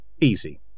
Easy